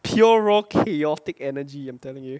pure raw chaotic energy I'm telling you